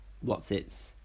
what's-its